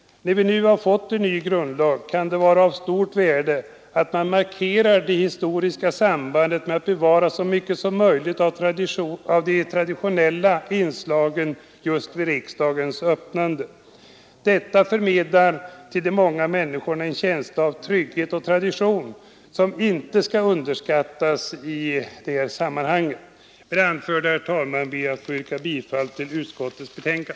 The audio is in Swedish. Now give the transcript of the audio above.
När vi nu har fått en ny grundlag kan det vara av stort värde att man markerar det historiska sambandet genom att bevara så mycket som möjligt av de traditionella inslagen vid riksdagens öppnande. Detta förmedlar till många människor en känsla av trygghet och tradition som inte skall underskattas. Herr talman! Med det anförda ber jag att få yrka bifall till utskottets hemställan.